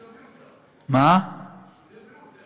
שירותי בריאות, איך אפשר?